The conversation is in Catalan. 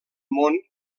món